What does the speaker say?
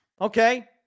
Okay